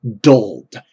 dulled